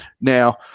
Now